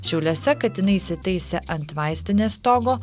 šiauliuose katinai įsitaisę ant vaistinės stogo